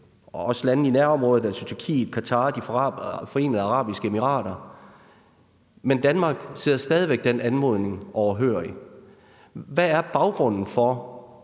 men også lande i nærområdet som Tyrkiet, Qatar og De Forenede Arabiske Emirater. Men Danmark sidder stadig væk den anmodning overhørig. Hvad er baggrunden for,